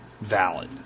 valid